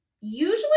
Usually